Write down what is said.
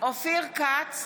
אופיר כץ,